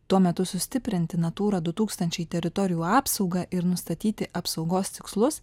tuo metu sustiprinti natūra du tūkstančiai teritorijų apsaugą ir nustatyti apsaugos tikslus